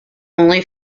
only